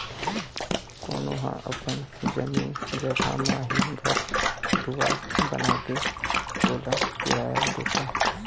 कोनो ह अपन जमीन जघा म ही घर दुवार बनाके ओला किराया देथे